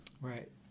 Right